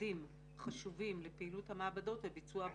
ומדדים חשובים לפעילות המעבדות וביצוע הבדיקות,